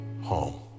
home